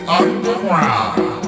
underground